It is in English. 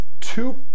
two